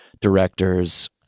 directors